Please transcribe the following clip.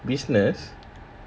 business